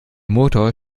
motor